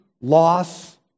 loss